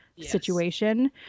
situation